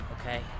Okay